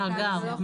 מאגר.